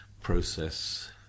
process